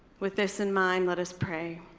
with this in mind, let us pray.